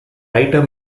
writer